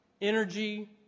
energy